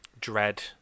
Dread